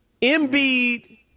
Embiid